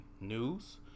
news